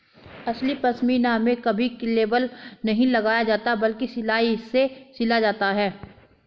असली पश्मीना में कभी लेबल नहीं लगाया जाता बल्कि सिलाई से सिला जाता है